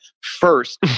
First